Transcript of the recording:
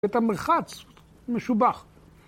‫את המרחץ, משובח.